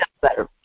better